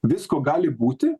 visko gali būti